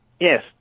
Yes